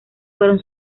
fueron